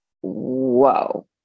whoa